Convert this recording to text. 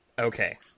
Okay